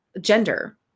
gender